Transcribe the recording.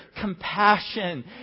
compassion